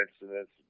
incidents